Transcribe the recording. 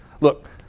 Look